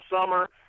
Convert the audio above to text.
summer